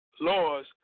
laws